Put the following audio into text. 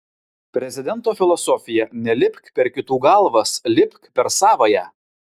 prezidento filosofija nelipk per kitų galvas lipk per savąją